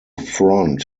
front